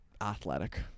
athletic